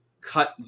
cut